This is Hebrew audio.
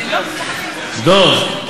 דב,